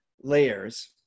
layers